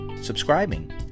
subscribing